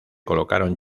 colocaron